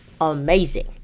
amazing